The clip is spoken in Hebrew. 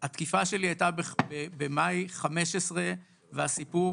התקיפה שלי הייתה במאי 2015, והסיפור